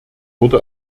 wurde